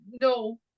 no